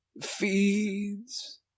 feeds